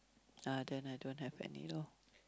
ah then I don't have any lor